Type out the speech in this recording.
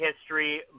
history